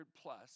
plus